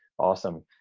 awesome.